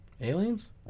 Aliens